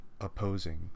opposing